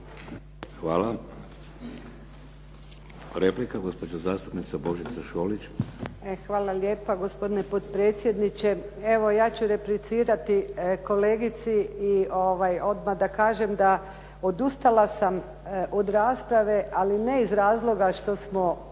Hvala. Replika, gospođa zastupnica Božica Šolić. **Šolić, Božica (HDZ)** E hvala lijepa gospodine potpredsjedniče. Evo ja ću replicirati kolegici i odmah da kažem da odustala sam od rasprave, ali ne iz razloga što smo već